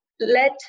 let